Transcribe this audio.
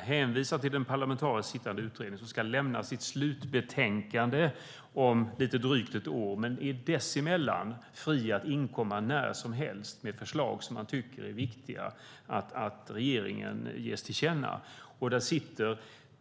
Det hänvisas till sittande parlamentariska utredning som om drygt ett år ska avlämna sitt slutbetänkande. Men under tiden är man fri att när som helst inkomma med förslag som man tycker att det är viktigt att regeringen ges till känna.